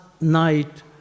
night